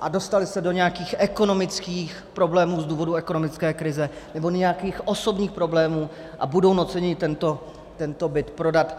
a dostali se do nějakých ekonomických problémů z důvodu ekonomické krize nebo nějakých osobních problémů a budou nuceni tento byt prodat.